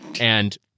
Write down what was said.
and-